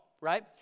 right